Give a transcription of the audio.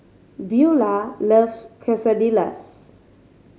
Beaulah loves Quesadillas